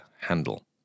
handle